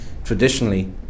Traditionally